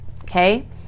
okay